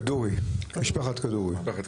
כדורי, משפחת כדורי.